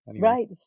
right